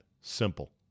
simple